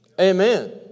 Amen